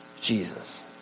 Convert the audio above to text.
Jesus